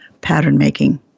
pattern-making